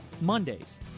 Mondays